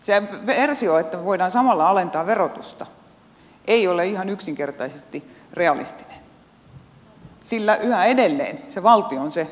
se versio että voidaan samalla alentaa verotusta ei ole ihan yksinkertaisesti realistinen sillä yhä edelleen se valtio on se jonka pitäisi tässä toimia